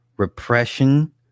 Repression